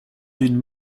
d’une